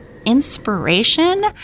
Inspiration